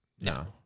No